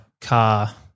car